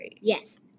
yes